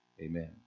Amen